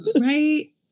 right